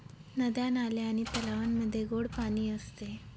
नद्या, नाले आणि तलावांमध्ये गोड पाणी असते